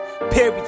Period